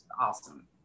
awesome